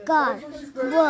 God